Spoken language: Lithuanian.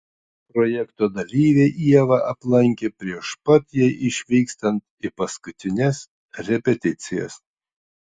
projekto dalyviai ievą aplankė prieš pat jai išvykstant į paskutines repeticijas